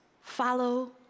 follow